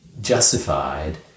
justified